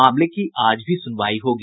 मामले की आज भी सुनवाई होगी